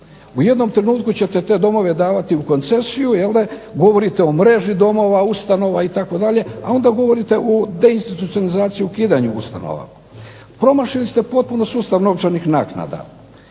U jednom trenutku ćete te domove davati u koncesiju jelde, govorite o mreži domova, ustanova itd., a onda govorite u deinstitucionalizaciju ukidanju ustanova. Promašili ste potpuno sustav novčanih naknada,